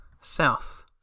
South